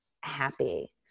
happy